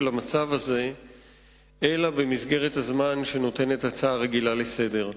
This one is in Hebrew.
המצב הזה אלא במסגרת הזמן שנותנת הצעה רגילה לסדר-היום.